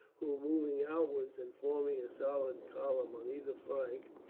who, moving outwards and forming a solid column on either flank,